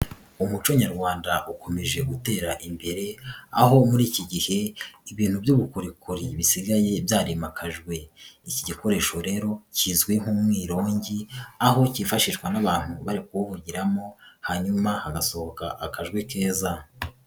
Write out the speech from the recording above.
Umuco nyarwanda ukomeje gutera imbere aho muri iki gihe ibintu by'ubukorikori bisigaye byarimakajwe, iki gikoresho rero kizwi nk'umwirongi aho kifashishwa n'abantu bari kuwuvugiramo hanyuma hagasohoka akajwi keza.